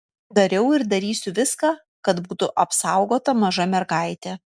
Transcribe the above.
dariau ir darysiu viską kad būtų apsaugota maža mergaitė